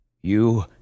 You